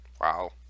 Wow